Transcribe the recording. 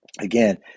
Again